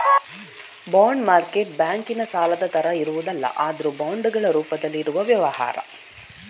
bond market ಬ್ಯಾಂಕಿನ ಸಾಲದ ತರ ಇರುವುದಲ್ಲ ಆದ್ರೂ ಬಾಂಡುಗಳ ರೂಪದಲ್ಲಿ ಇರುವ ವ್ಯವಹಾರ